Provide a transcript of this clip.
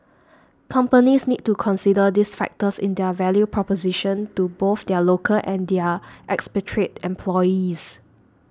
companies need to consider these factors in their value proposition to both their local and their expatriate employees